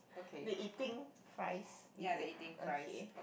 they eating fries is it okay